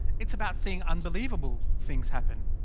it's about seeing unbelievable things happen.